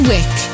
Wick